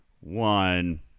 one